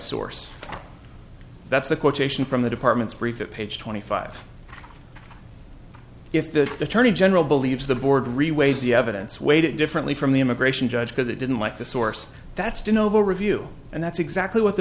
source that's the quotation from the department's brief page twenty five if the attorney general believes the board reweigh the evidence weighed it differently from the immigration judge because it didn't like the source that's do novo review and that's exactly what the